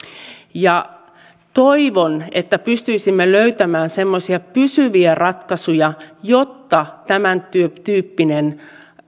toivon että pystyisimme löytämään semmoisia pysyviä ratkaisuja jotta tämäntyyppinen